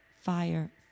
fire